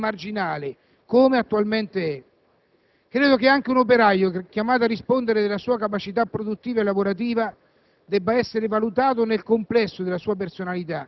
questa eventualità dovrebbe essere estrema e marginale, come attualmente è. Credo che anche un operaio chiamato a rispondere della sua capacità produttiva e lavorativa